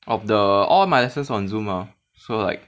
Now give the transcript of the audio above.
of the all my lessons on Zoom ah so like